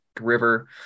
river